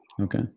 Okay